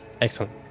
excellent